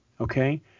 okay